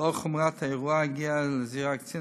לנוכח חומרת האירוע הגיעו לזירה קצין